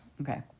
Okay